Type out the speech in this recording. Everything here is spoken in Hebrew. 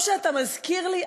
טוב שאתה מזכיר לי.